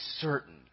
certain